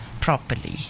properly